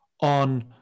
on